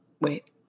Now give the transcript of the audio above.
wait